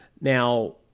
Now